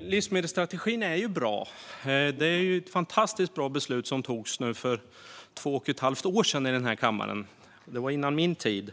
Livsmedelsstrategin är bra; det var ett fantastiskt bra beslut som togs av kammaren för två och ett halvt år sedan, vilket var före min tid.